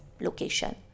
location